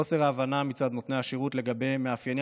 חוסר הבנה מצד נותני השירות לגבי מאפייני